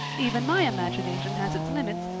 even my imagination has its limits,